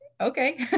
okay